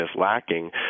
lacking